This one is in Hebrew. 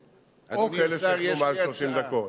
לכך, או כאלה ששהו מעל 30 דקות.